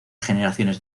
generaciones